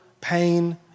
pain